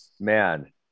man